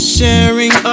Sharing